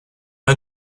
ein